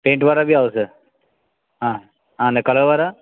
પેઈન્ટવાળા બી આવશે હા હા ને કલરવાળા